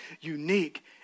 unique